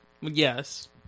Yes